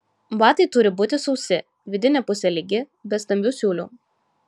batai turi būti sausi vidinė pusė lygi be stambių siūlių